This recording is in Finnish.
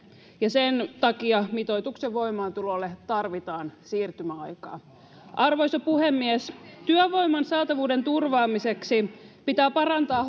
ja sen takia mitoituksen voimaantulolle tarvitaan siirtymäaikaa arvoisa puhemies työvoiman saatavuuden turvaamiseksi pitää parantaa